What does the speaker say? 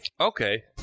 Okay